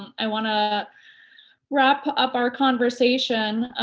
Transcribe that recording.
i want to wrap up our conversation.